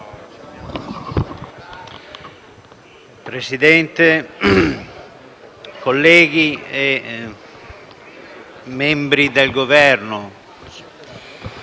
Presidente, colleghi, membri del Governo,